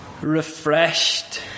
refreshed